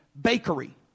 bakery